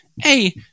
hey